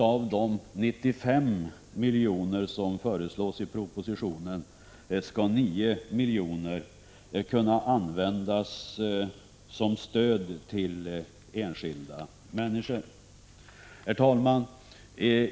Av de 95 milj.kr. som föreslås i propositionen skall 9 milj.kr. kunna användas som stöd till enskilda människor. Herr talman!